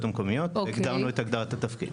המקומיות אז הגדרנו את הגדרת התפקיד.